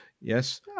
yes